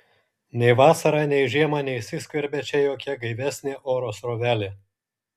nei vasarą nei žiemą neįsiskverbia čia jokia gaivesnė oro srovelė